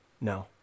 No